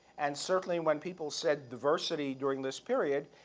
and certainly, when people said diversity during this period,